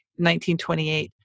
1928